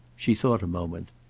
she thought a moment.